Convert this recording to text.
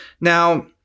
Now